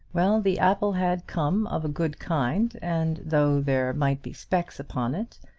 well, the apple had come of a good kind, and, though there might be specks upon it,